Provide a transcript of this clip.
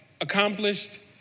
accomplished